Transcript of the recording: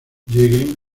lleguen